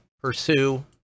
pursue